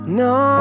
no